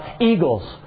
eagles